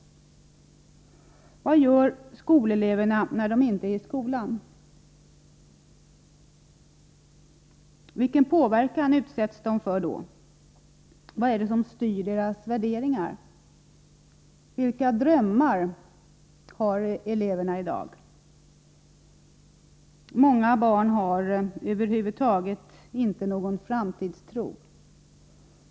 Vad gör skoleleverna när de inte är i skolan? Vilken påverkan utsätts de då för? Vad styr deras värderingar? Vilka drömmar har eleverna i dag? Många barn har över huvud taget ingen framtidstro.